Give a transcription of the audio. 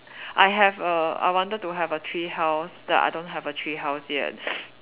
I have a I wanted to have a tree house but I don't have tree house yet